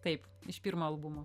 taip iš pirmo albumo